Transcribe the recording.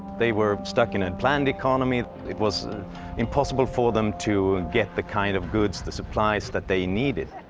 they were stuck in a planned economy. it was impossible for them to get the kind of goods, the supplies that they needed.